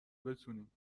بتونیم